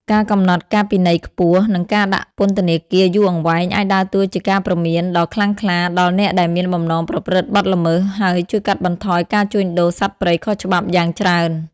ការកំណត់ការពិន័យខ្ពស់ និងការដាក់ពន្ធនាគារយូរអង្វែង អាចដើរតួជាការព្រមានដ៏ខ្លាំងក្លាដល់អ្នកដែលមានបំណងប្រព្រឹត្តបទល្មើស ហើយជួយកាត់បន្ថយការជួញដូរសត្វព្រៃខុសច្បាប់យ៉ាងច្រើន។